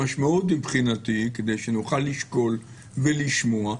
המשמעות מבחינתי, כדי שנוכל לשקול ולשמוע,